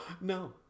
no